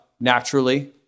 naturally